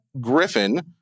Griffin